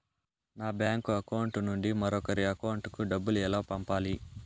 నా bank account నుండి మరొకరి అకౌంట్ కు డబ్బులు ఎలా పంపాలి